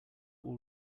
will